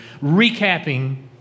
recapping